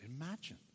Imagine